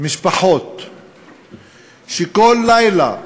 משפחות שכל לילה,